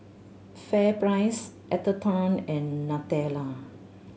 FairPrice Atherton and Nutella